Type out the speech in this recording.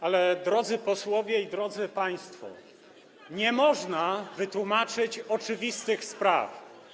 Ale drodzy posłowie i drodzy państwo, nie można wytłumaczyć oczywistych spraw.